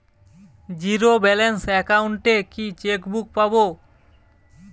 Zero balance account এ কি chequebook পাব?